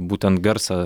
būtent garsą